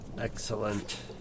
Excellent